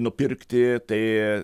nupirkti tai